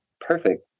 perfect